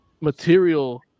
Material